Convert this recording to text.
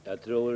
Herr talman!